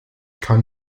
kann